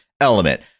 element